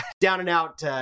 down-and-out